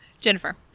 Jennifer